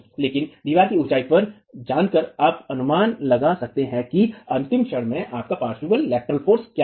लेकिन दीवार की ऊंचाई को जानकर आप अनुमान लगा सकते हैं कि अंतिम क्षण के लिए पार्श्व बल क्या है